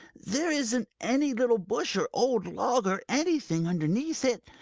there isn't any little bush or old log or anything underneath it.